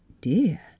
dear